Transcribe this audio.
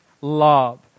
love